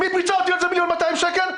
מי פיצה אותי על 1,200,000 שקל?